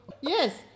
Yes